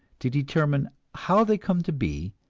to determine how they come to be,